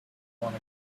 want